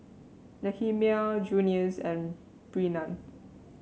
Nehemiah Junious and Brennan